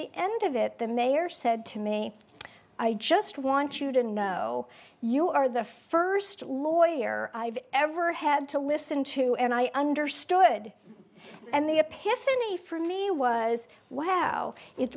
the end of it the mayor said to me i just want you to know you are the first lawyer i've ever had to listen to and i understood and the epiphany he for me was wow it